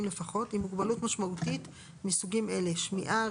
לפחות עם מוגבלות משמעותית מסוגים אלה: שמיעה,